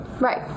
Right